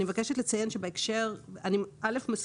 אני מבקשת לציין שאני מסכימה.